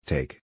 Take